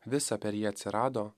visa per ji atsirado